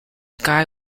guy